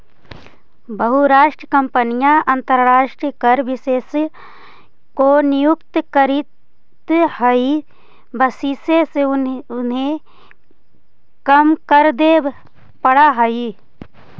बहुराष्ट्रीय कंपनियां अंतरराष्ट्रीय कर विशेषज्ञ को नियुक्त करित हई वहिसे उन्हें कम कर देवे पड़ा है